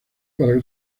para